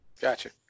Gotcha